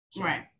Right